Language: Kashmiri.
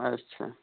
اَچھا